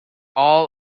all